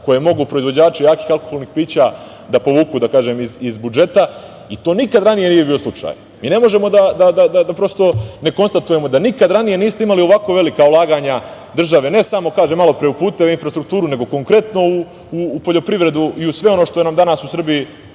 koje mogu proizvođači rakije i alkoholnih pića da povuku iz budžeta i to nikada ranije nije bio slučaj. Mi ne možemo da ne konstatujemo da nikada ranije niste imali ovako velika ulaganja države, ne samo u puteve, infrastrukturu, nego konkretno u poljoprivredu i u sve ono što nam danas u Srbiji